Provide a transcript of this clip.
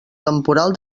temporal